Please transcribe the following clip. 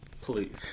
Please